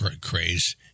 craze